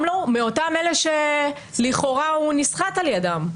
לו מאותם אלה שלכאורה הוא נסחט על ידם.